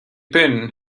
pen